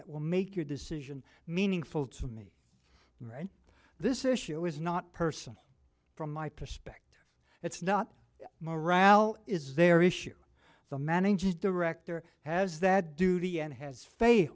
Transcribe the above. that will make your decision meaningful to me right this issue is not person from my perspective it's not morale is their issue the managing director has that duty and has fai